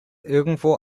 irgendwo